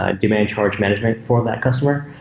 ah demand charge management for that customer.